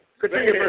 Continue